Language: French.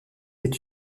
est